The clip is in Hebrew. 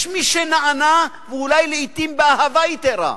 יש מי שנענה, ואולי לעתים באהבה יתירה,